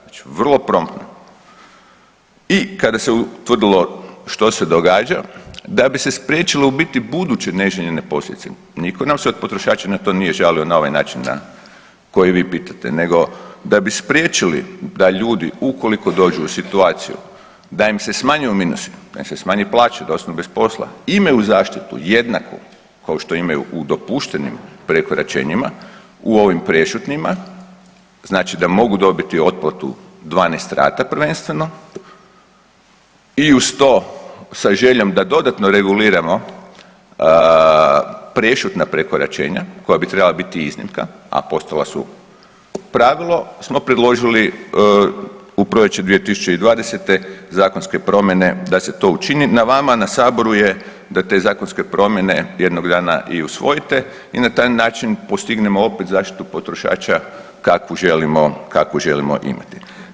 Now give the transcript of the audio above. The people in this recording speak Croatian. Znači vrlo promptno i kada se utvrdilo što se događa, da bi se spriječilo u biti buduće neželjene posljedice, nitko nam se od potrošača na to nije žalio na ovaj način na koji vi pitate, nego da bi spriječili da ljudi, ukoliko dođu u situaciju da im se smanjuju minusi, da im se smanji plaća, da ostanu bez posla, imaju zaštitu jednaku kao što imaju u dopuštenim prekoračenjima u ovim prešutnima, znači da mogu dobiti otplatu 12 rata prvenstveno, i uz to sa željom da dodatno reguliramo prešutna prekoračenja, koja bi trebala biti iznimka, a postala su pravilo, smo predložili u proljeće 2020. zakonske primjene da se to učini, na vama, na Saboru je da te zakonske promjene jednog dana i usvojite, i na taj način postignemo opet zaštitu potrošača kakvu želimo imati.